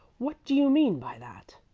what do you mean by that?